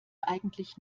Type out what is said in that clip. eigentlich